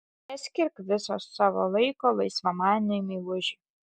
neskirk viso savo laiko laisvamaniui meilužiui